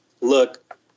look